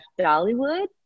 Dollywood